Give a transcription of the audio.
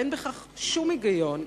אין בכך שום היגיון,